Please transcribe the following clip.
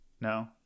No